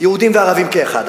יהודים וערבים כאחד,